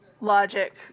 logic